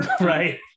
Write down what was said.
Right